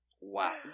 Wow